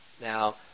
Now